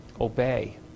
obey